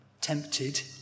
tempted